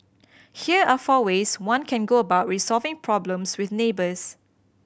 here are four ways one can go about resolving problems with neighbours